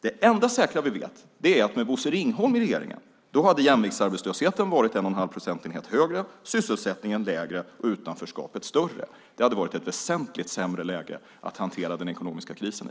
Det enda vi säkert vet är att med Bosse Ringholm i regeringen hade jämviktsarbetslösheten varit 1 1⁄2 procentenhet högre, sysselsättningen lägre och utanförskapet större. Det hade varit ett väsentligt sämre läge att hantera den ekonomiska krisen i.